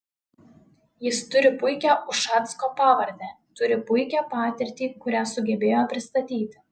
jis turi puikią ušacko pavardę turi puikią patirtį kurią sugebėjo pristatyti